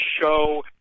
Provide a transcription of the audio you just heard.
show